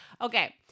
okay